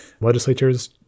legislatures